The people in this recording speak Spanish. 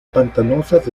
pantanosas